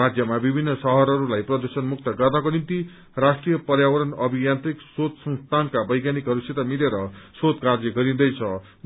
राज्यमा विभिन्न शहरहरूलाई प्रदूषणमुक्त गर्नको निम्ति राष्ट्रिय पर्यावरण अभियान्त्रिक शोध संस्थानका वैज्ञानिकहरूसित मिलेर शोध कार्य गरिँदैछ